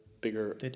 bigger